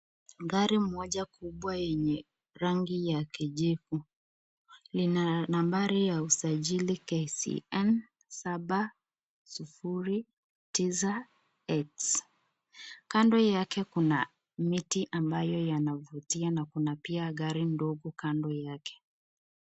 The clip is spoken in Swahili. Gari moja kubwa yenye rangi ya kijivu lina nambari ya usajili KCM 709X. Kando yake kuna miti ambayo yanavutia na pia kuna gari ndogo kando yake.